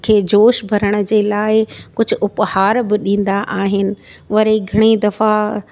खे जोश भरण जे लाइ कुझु उपहार बि ॾींदा आहिनि वरी घणी दफ़ा